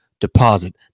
deposit